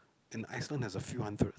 and Iceland have a few hundred